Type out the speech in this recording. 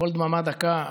קול דממה דקה".